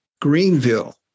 Greenville